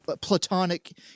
platonic